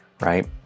right